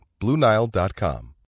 BlueNile.com